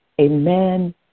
Amen